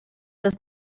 does